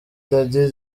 dady